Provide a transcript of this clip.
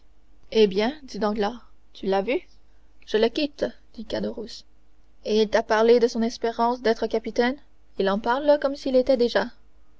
eh bien dit danglars l'as-tu vu je le quitte dit caderousse et t'a-t-il parlé de son espérance d'être capitaine il en parle comme s'il l'était déjà